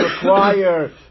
require